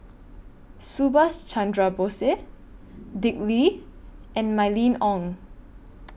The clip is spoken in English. Subhas Chandra Bose Dick Lee and Mylene Ong